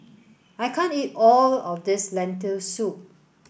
I can't eat all of this Lentil soup